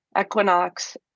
equinox